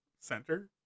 Center